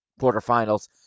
quarterfinals